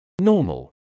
Normal